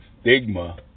stigma